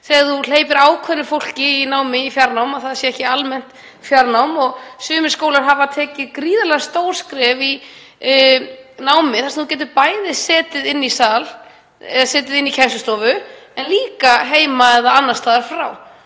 þegar þú hleypir ákveðnu fólki í fjarnám, að það sé ekki almennt fjarnám, og sumir skólar hafa tekið gríðarlega stór skref í námi þar sem þú getur bæði setið inni í kennslustofu en líka heima eða annars staðar.